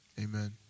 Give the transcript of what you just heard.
Amen